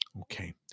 okay